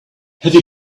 have